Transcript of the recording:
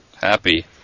happy